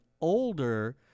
older